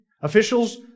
Officials